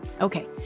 Okay